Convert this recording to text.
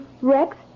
Rex